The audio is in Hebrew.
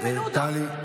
טלי.